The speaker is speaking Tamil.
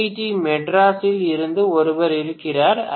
டி மெட்ராஸில் இருந்து ஒருவர் இருக்கிறார் ஐ